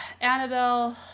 Annabelle